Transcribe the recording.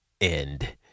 end